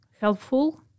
helpful